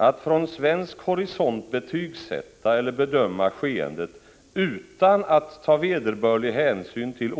Att från svensk horisont betygsätta eller bedöma skeendet utan att ta vederbörlig hänsyn till